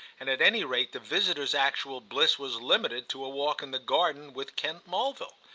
and at any rate the visitor's actual bliss was limited to a walk in the garden with kent mulville.